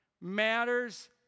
Matters